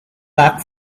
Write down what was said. back